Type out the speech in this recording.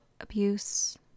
abuse